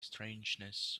strangeness